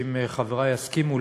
אם חברי יסכימו,